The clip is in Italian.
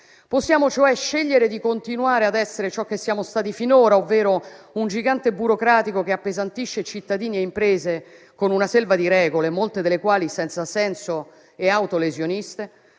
Possiamo cioè scegliere di continuare ad essere ciò che siamo stati finora, ovvero un gigante burocratico che appesantisce cittadini e imprese con una selva di regole, molte delle quali senza senso e autolesioniste,